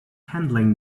handling